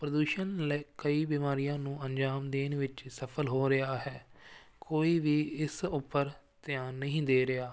ਪ੍ਰਦੂਸ਼ਨ ਲਈ ਕਈ ਬਿਮਾਰੀਆਂ ਨੂੰ ਅੰਜਾਮ ਦੇਣ ਵਿੱਚ ਸਫ਼ਲ ਹੋ ਰਿਹਾ ਹੈ ਕੋਈ ਵੀ ਇਸ ਉੱਪਰ ਧਿਆਨ ਨਹੀਂ ਦੇ ਰਿਹਾ